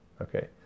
okay